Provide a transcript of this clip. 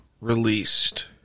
released